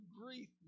grief